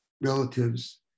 relatives